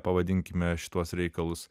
pavadinkime šituos reikalus